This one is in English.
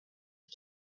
and